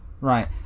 Right